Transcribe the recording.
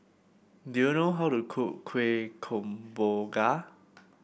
do you know how to cook Kueh Kemboja